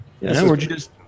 Yes